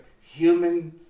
human